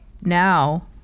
Now